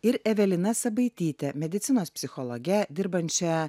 ir evelina sabaityte medicinos psichologe dirbančia